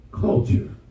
culture